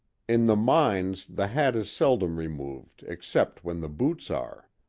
in the mines the hat is seldom removed except when the boots are.